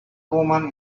woman